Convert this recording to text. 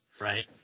Right